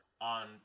on